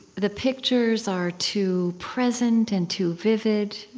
the pictures are too present and too vivid.